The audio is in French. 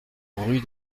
rue